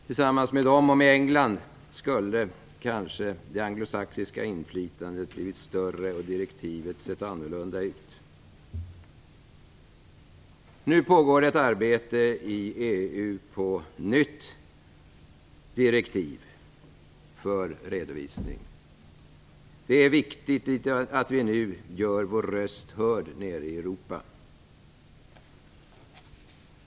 Tillsammans med Danmark och med England skulle kanske det anglosaxiska inflytandet ha blivit större och direktivet ha sett annorlunda ut. Det pågår nu ett arbete i EU på ett nytt direktiv för redovisning. Det är viktigt att vi nu gör vår röst hörd nere i Europa.